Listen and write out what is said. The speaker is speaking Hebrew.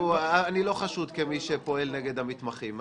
אני לא חשוד כמי שפועל נגד מתמחים,